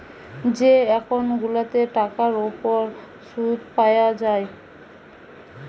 যে একউন্ট গুলাতে টাকার উপর শুদ পায়া যায়